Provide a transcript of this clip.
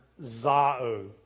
Zao